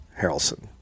Harrelson